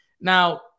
Now